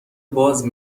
باز